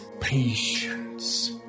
Patience